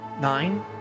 nine